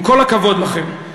עם כל הכבוד לכם.